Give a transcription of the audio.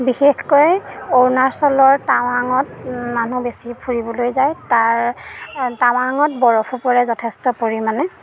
বিশেষকৈ অৰুণাচলৰ টাৱাঙত মানুহ বেছি ফুৰিবলৈ যায় তাৰ টাৱাঙত বৰফো পৰে যথেষ্ট পৰিমাণে